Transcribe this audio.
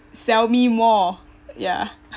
sell me more ya